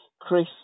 Chris